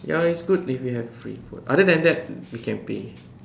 ya it's good if we have free food other than that we can pay